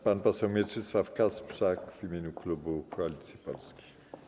Pan poseł Mieczysław Kasprzak w imieniu klubu Koalicji Polskiej.